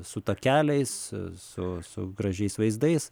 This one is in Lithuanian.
su takeliais su gražiais vaizdais